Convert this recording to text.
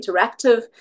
interactive